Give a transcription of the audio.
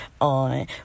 on